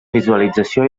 visualització